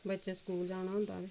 बच्चें स्कूल जाना होंदा ते